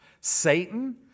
satan